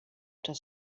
das